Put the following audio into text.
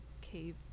cave